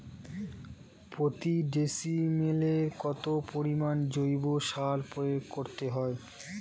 প্রতি ডিসিমেলে কত পরিমাণ জৈব সার প্রয়োগ করতে হয়?